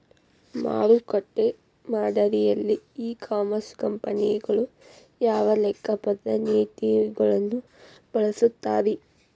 ಮಾರುಕಟ್ಟೆ ಮಾದರಿಯಲ್ಲಿ e commerce ಕಂಪನಿಗಳು ಯಾವ ಲೆಕ್ಕಪತ್ರ ನೇತಿಗಳನ್ನ ಬಳಸುತ್ತಾರಿ?